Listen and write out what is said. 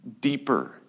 deeper